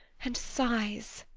and sighs,